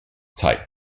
type